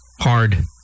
Hard